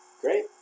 Great